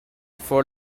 for